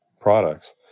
products